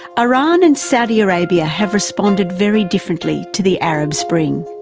iran and saudi arabia have responded very differently to the arab spring.